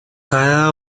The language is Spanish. cada